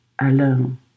alone